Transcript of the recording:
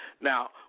Now